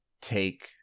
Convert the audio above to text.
take